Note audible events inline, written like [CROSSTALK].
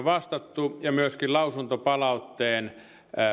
[UNINTELLIGIBLE] vastattu ja myöskin lausuntopalautteen